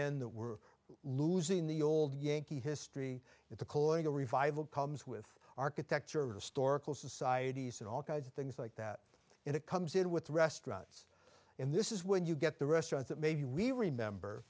in that we're losing the old yankee history that the colonial revival comes with architecture of stork all societies and all kinds of things like that and it comes in with restaurants in this is when you get the restaurants that maybe we remember